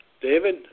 David